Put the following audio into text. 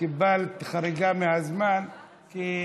קיבלת חריגה מהזמן כי הדברים,